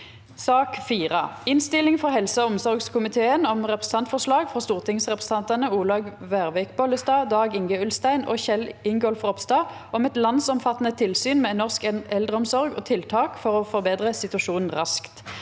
2023 Innstilling fra helse- og omsorgskomiteen om Representantforslag fra stortingsrepresentantene Olaug Vervik Bollestad, Dag-Inge Ulstein og Kjell Ingolf Ropstad om et landsomfattende tilsyn med norsk eldreomsorg og tiltak for å forbedre situasjonen raskt